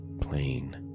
plain